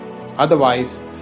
Otherwise